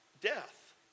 death